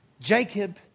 Jacob